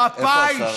מפא"י,